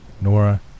Nora